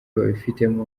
babifitemo